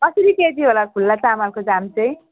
कसरी केजी होला खुल्ला चामलको दाम चाहिँ